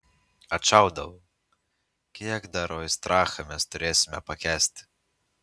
atšaudavau kiek dar oistrachą mes turėsime pakęsti